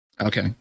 Okay